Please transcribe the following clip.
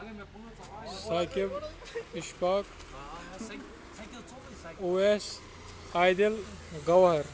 Saqib Ashfaq Owais Adil Gauhar